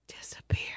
disappear